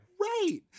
Right